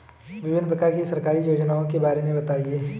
विभिन्न प्रकार की सरकारी योजनाओं के बारे में बताइए?